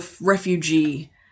refugee